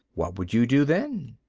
what would you do, then?